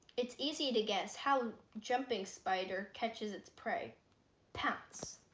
it's easy to guess how jumping spider catches its prey paths